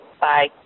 bye